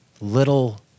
little